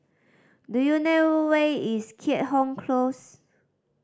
do you know where is Keat Hong Close